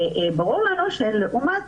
שברור לנו שלעומת